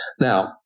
Now